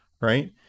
right